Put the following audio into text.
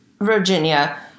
Virginia